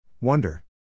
Wonder